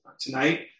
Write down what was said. tonight